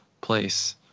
place